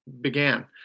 began